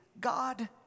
God